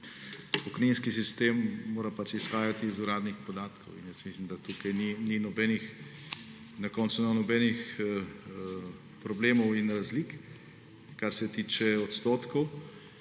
pokojninski sistem, mora izhajati iz uradnih podatkov. Jaz mislim, da tukaj na koncu ne bo nobenih problemov in razlik, kar se tiče odstotkov.